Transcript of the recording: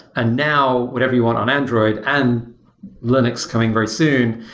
and now whatever you want on android and linux coming very soon.